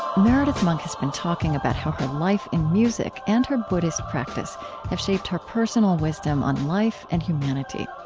meredith monk has been talking about how her life in music and her buddhist practice have shaped her personal wisdom on life and humanity.